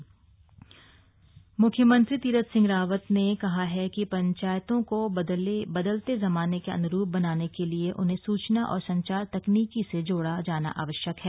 eco friendly office मुख्यमंत्री तीरथ सिंह रावत ने कहा है कि पंचायतों को बदलते जमाने के अन्रूप बनाने के लिए उन्हें सूचना और संचार तकनीक से जोड़ा जाना आवश्यक है